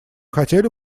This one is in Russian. хотели